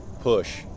push